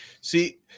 see